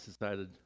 decided